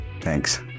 thanks